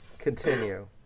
continue